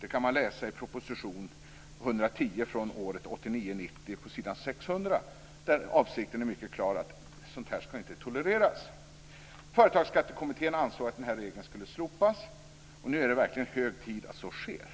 Det kan utläsas i proposition 110 från riksmötet 1989/90, s. 600. Avsikten är klar att sådant inte skall tolereras. Företagsskattekommittén ansåg att den regeln skulle slopas. Nu är det verkligen hög tid att så sker.